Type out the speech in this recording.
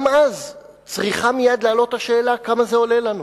גם אז צריכה מייד לעלות השאלה כמה זה עולה לנו.